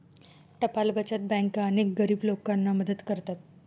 टपाल बचत बँका अनेक गरीब लोकांना मदत करतात